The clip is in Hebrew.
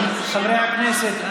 חברי הכנסת,